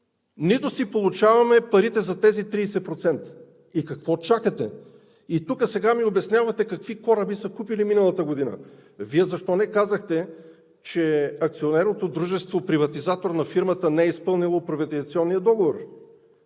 нито си получаваме парите за тези 30%! Какво чакате? И тук сега ми обяснявате какви кораби са купили миналата година! Вие защо не казахте, че акционерното дружество – приватизатор на фирмата, не е изпълнило приватизационния договор?